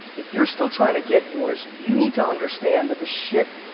if you're still trying to get yours, you need to understand that the shit,